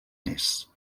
més